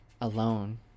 Alone